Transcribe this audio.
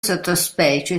sottospecie